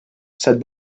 said